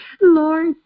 Lord